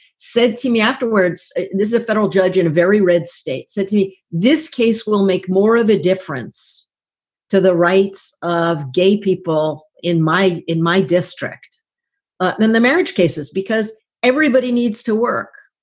said to me afterwards, this a federal judge in a very red state city. this case will make more of a difference to the rights of gay people in my in my district than the marriage cases, because everybody everybody needs to work.